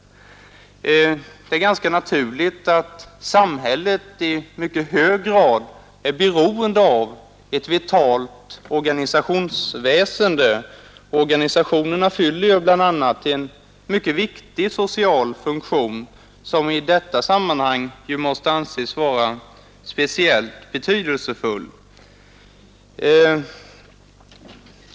Det är ganska naturligt att samhället i mycket hög grad är beroende av ett vitalt organisationsväsende. Organisationerna fyller ju bl.a. en mycket viktig social funktion som i detta sammanhang måste anses vara speciellt betydelsefull.